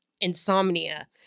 insomnia